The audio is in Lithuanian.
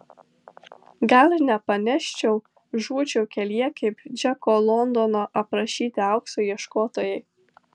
gal ir nepaneščiau žūčiau kelyje kaip džeko londono aprašyti aukso ieškotojai